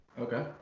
Okay